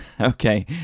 Okay